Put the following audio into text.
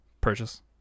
purchase